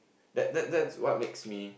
that that that's what makes me